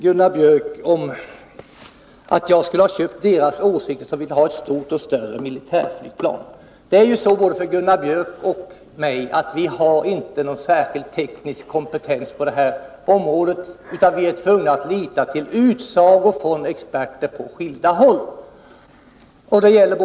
Gunnar Björk säger att jag skulle ha köpt deras åsikter som vill ha ett större militärflygplan. Men det är ju så, både för Gunnar Björk och för mig, att vi inte har någon särskild teknisk kompetens. Jag är tvungen att lita till utsagor från experter på skilda håll.